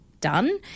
done